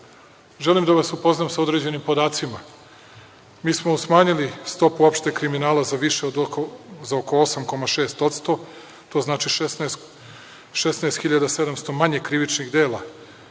Želim da vas upoznam sa određenim podacima. Mi smo smanjili stopu opšteg kriminala za oko 8,6%, to znači 16.700 manje krivičnih dela,